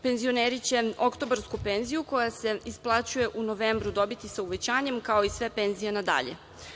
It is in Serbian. Penzioneri će oktobarsku penziju, koja se isplaćuje u novembru dobiti sa uvećanjem, kao i sve penzije na dalje.